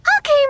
Okay